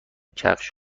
کفش